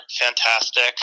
fantastic